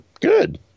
good